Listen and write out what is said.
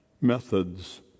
methods